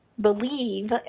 believe